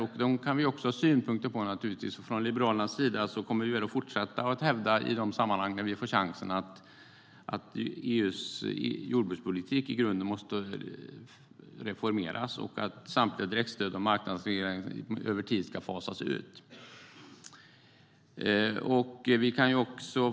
Det kan vi naturligtvis också ha synpunkter på, och från Liberalernas sida kommer vi, när vi får chansen, att i de sammanhangen fortsätta hävda att EU:s jordbrukspolitik i grunden måste reformeras och att samtliga direktstöd och marknadsregleringar över tid ska fasas ut.